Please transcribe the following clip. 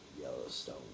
Yellowstone